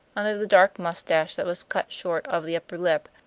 under the dark mustache that was cut short of the upper lip,